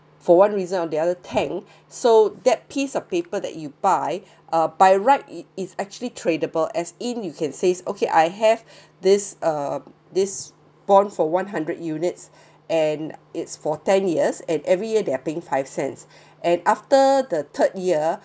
for one reason or the other tang so that piece of paper that you buy uh by right it is actually tradable as in you can say okay I have this uh this bonds for one hundred units and it's for ten years at every year they are paying five cents and after the third year